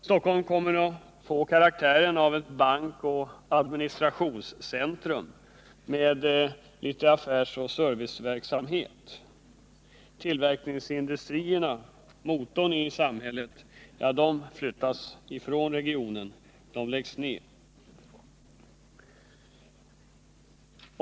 Stockholm kommer att få karaktären av ett bankoch administrationscentrum med litet affärsoch serviceverksamhet. Tillverkningsindustrierna — motorn i samhället — flyttas ifrån regionen, de läggs ned.